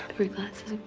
three glasses of